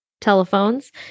telephones